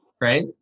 Right